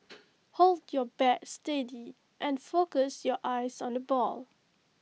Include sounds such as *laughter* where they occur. *noise* hold your bat steady and focus your eyes on the ball